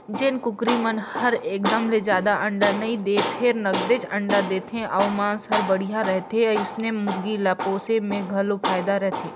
जेन कुकरी मन हर एकदम ले जादा अंडा नइ दें फेर नगदेच अंडा देथे अउ मांस हर बड़िहा रहथे ओइसने मुरगी ल पोसे में घलो फायदा रथे